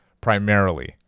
primarily